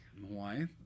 Hawaii